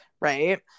right